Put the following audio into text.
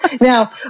Now